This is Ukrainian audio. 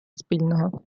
спільного